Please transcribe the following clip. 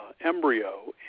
embryo